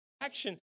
action